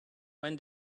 when